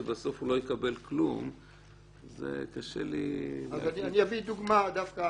שבסוף הוא לא יקבל כלום --- אז אני אביא דוגמה דווקא